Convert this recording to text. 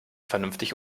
vernünftig